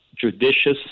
judicious